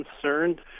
concerned